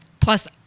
plus